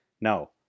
No